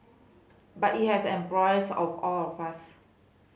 but it has embroiled of all of us